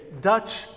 Dutch